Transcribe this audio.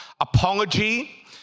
apology